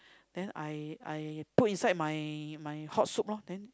then I I put inside my my hot soup loh then